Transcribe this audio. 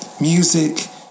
music